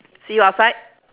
see you outside